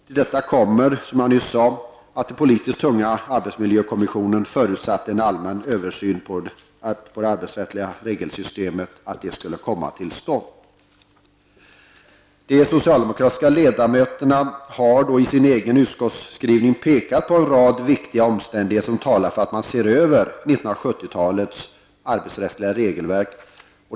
Till detta kommer, som jag nyss sade, att den politiskt tunga arbetsmiljökommissionen förutsatt att en allmän översyn av det arbetsrättsliga regelsystemet måste komma till stånd. De socialdemokratiska ledamöterna har i utskottsskrivningen pekat på en rad viktiga omständigheter som talar för att man ser över 1970 talets arbetsrättsliga regelverk.